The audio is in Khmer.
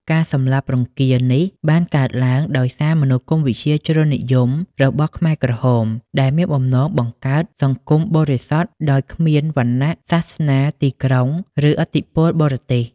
ការសម្លាប់រង្គាលនេះបានកើតឡើងដោយសារមនោគមវិជ្ជាជ្រុលនិយមរបស់ខ្មែរក្រហម ដែលមានបំណងបង្កើត "សង្គមបរិសុទ្ធ" ដោយគ្មានវណ្ណៈ សាសនា ទីក្រុង ឬឥទ្ធិពលបរទេស។